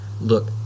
look